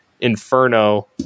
Inferno